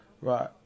right